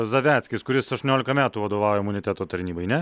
zaveckis kuris aštuoniolika metų vadovauja imuniteto tarnybai ne